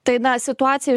tai na situacija